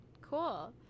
cool